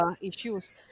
issues